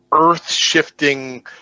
Earth-shifting